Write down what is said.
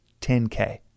10K